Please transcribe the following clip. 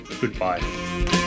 goodbye